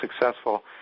successful